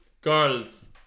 Girls